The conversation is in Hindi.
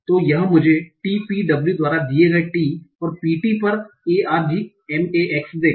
तो यह मुझे T P W द्वारा दिए गए टी और P T पर argmax देगा